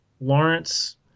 Lawrence